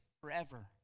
forever